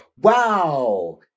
wow